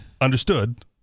understood